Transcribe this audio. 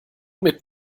mit